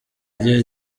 igihe